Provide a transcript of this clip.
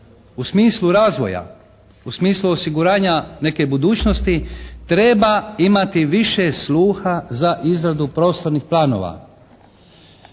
u smislu razvoja, u smislu osiguranja neke budućnosti treba imati više sluha za izradu prostornih planova.